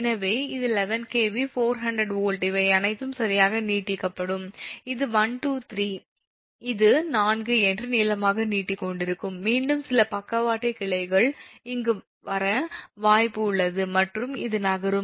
எனவே இது 11 𝑘𝑉 440 வோல்ட் இவை அனைத்தும் சரியாக நீட்டிக்கப்படும் அது 1 2 இது 3 இது 4 என்று நீளமாக நீட்டிக்கொண்டிருக்கும் மீண்டும் சில பக்கவாட்டு கிளைகள் இங்கு வர வாய்ப்பு உள்ளது மற்றும் அது நகரும்